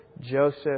Joseph